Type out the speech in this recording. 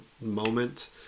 moment